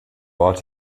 ort